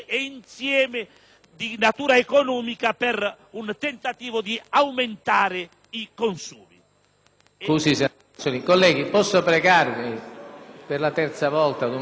di natura economica per tentare di aumentare i consumi.